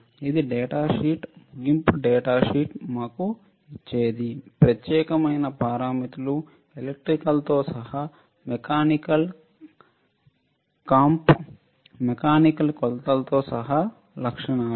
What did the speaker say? ఇది డేటా ముగింపు data sheet మాకు ఇచ్చేది ప్రత్యేకమైన పారామితులు ఎలక్ట్రికల్తో సహా మెకానికల్ కాంప్ మెకానికల్ కొలతలతో సహా లక్షణాలు